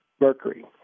mercury